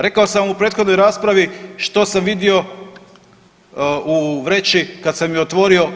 Rekao sam u prethodnoj raspravi što sam vidio u vreći kad sam je otvorio.